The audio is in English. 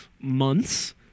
months